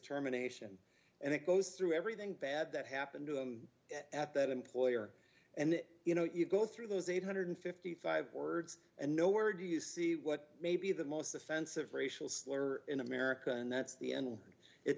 terminations and it goes through everything bad that happened to him at that employer and you know you go through those eight hundred and fifty five words and nowhere do you see what may be the most offensive racial slur in america and that's the end it